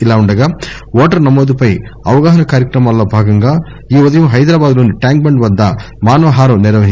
ఇలా ఉండగా ఓటరు నమోదుపై అవగాహన కార్యక్రమాల్లో భాగంగా ఈ ఉదయం హైదరాబాద్లోని ట్యాంక్బండ్ వద్ద మానవ హారం నిర్వహించారు